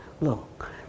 look